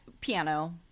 Piano